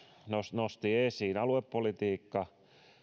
nosti täällä aluepolitiikan esiin aluepolitiikka